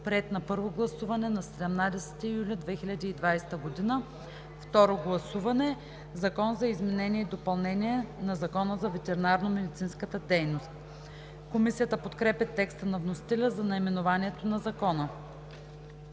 приет на първо гласуване на 17 юли 2020 г. – второ гласуване“. „Закон за изменение и допълнение на Закона за ветеринарномедицинската дейност“. Комисията подкрепя текста на вносителя за наименованието на Закона.